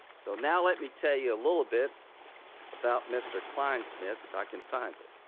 so now let me tell you a little bit about mr. klein smith if i can find it.